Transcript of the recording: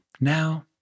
now